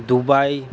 Dubai